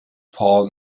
paul